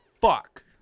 fuck